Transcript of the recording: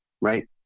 right